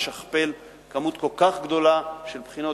לשכפל כמות כל כך גדולה של שאלונים,